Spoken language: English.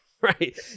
Right